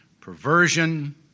perversion